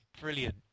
Brilliant